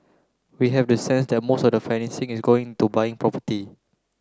we have the sense that most of the financing is going into buying property